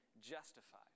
justified